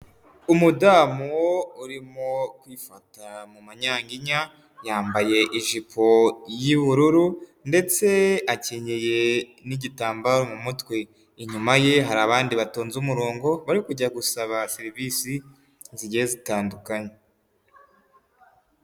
Umudamu urimo kwifata mu manyanyinya yambaye ijipo y'ubururu ndetse akenyeye n'igitambaro mu mutwe, inyuma ye hari abandi batonze umurongo bari kujya gusaba serivisi zigiye zitandukanye.